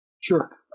Sure